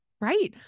right